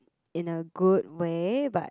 in a good way but